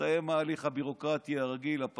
הסתיים ההליך הביורוקרטי הרגיל, הפשוט,